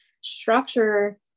structure